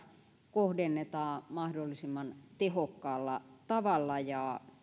kohdennetaan mahdollisimman tehokkaalla tavalla ja